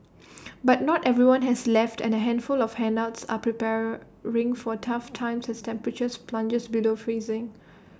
but not everyone has left and A handful of holdouts are preparing for tough times as temperatures plunge below freezing